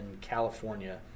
California